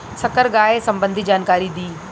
संकर गाय संबंधी जानकारी दी?